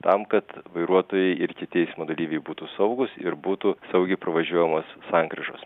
tam kad vairuotojai ir kiti eismo dalyviai būtų saugūs ir būtų saugiai pravažiuojamos sankryžos